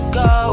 go